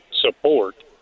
support